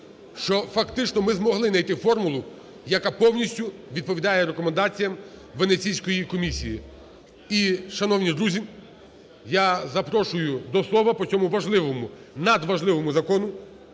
що фактично ми змогли знайти формулу, яка повністю відповідає рекомендаціям Венеційської комісії. І, шановні друзі, я запрошую до слова по цьому важливому, надважливому закону